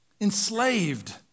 enslaved